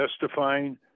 testifying